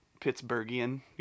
Pittsburghian